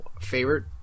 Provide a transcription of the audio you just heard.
favorite